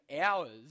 hours